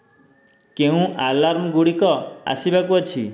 କେଉଁ ଆଲାର୍ମ ଗୁଡ଼ିକ ଆସିବାକୁ ଅଛି